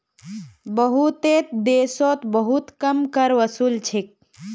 बहुतेते देशोत बहुत कम कर वसूल छेक